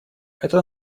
это